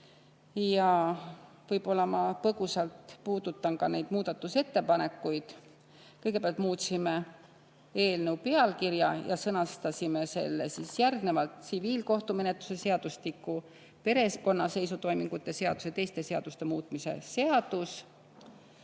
arutama. Võib-olla ma põgusalt puudutan ka neid muudatusettepanekuid. Kõigepealt muutsime eelnõu pealkirja ja sõnastasime selle järgnevalt: "Tsiviilkohtumenetluse seadustiku, perekonnaseisutoimingute seaduse ja teiste seaduste muutmise seadus."